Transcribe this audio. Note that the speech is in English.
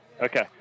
Okay